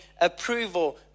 approval